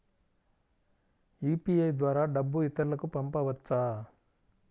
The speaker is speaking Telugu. యూ.పీ.ఐ ద్వారా డబ్బు ఇతరులకు పంపవచ్చ?